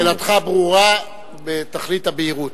שאלתך ברורה בתכלית הבהירות.